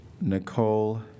Nicole